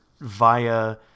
via